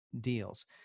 deals